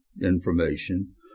information